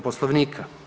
Poslovnika.